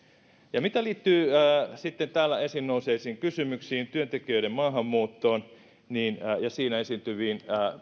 mitä liittyy täällä esiin nousseisiin kysymyksiin työntekijöiden maahanmuuttoon ja siinä esiintyviin